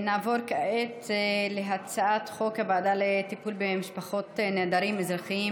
נעבור כעת להצעת חוק הוועדה לטיפול במשפחות נעדרים אזרחיים,